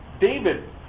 David